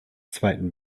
zweiten